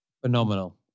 phenomenal